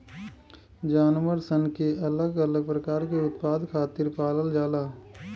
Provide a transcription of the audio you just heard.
जानवर सन के अलग अलग प्रकार के उत्पाद खातिर पालल जाला